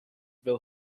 will